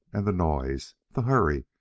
and the noise, the hurry,